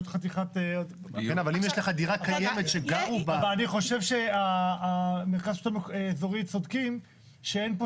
אני חושב שהמרכז לשלטון אזורי צודקים שאין פה